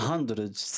Hundreds